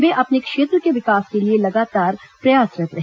वे अपने क्षेत्र को विकास के लिए लगातार प्रयासरत् रहे